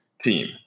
team